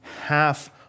half